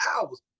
hours